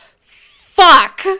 Fuck